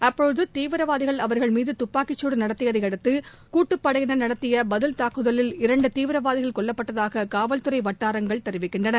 அப்போது தீவிரவாதிகள் அவர்கள் மீது துப்பாக்கிச் சூடு நடத்தியதை அடுத்த கூட்டுப்படையினர் நடத்திய பதில் தங்குதலில் இரண்டு தீவிரவாதிகள் கொல்லப்பட்டதாக காவல்துறை வட்டாரங்கள் தெரிவிக்கின்றன